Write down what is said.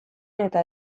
eta